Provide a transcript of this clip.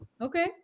Okay